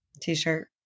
t-shirt